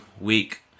week